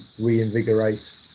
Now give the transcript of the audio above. reinvigorate